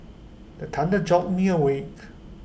the thunder jolt me awake